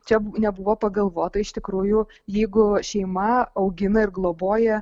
čia nebuvo pagalvota iš tikrųjų jeigu šeima augina ir globoja